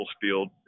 field